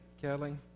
Kelly